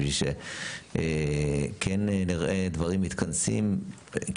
בשביל שכן נראה דברים מתכנסים.